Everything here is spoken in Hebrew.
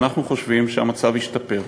ואנחנו חושבים שהמצב ישתפר.